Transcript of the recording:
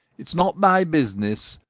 it's not my business,